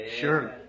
Sure